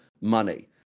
money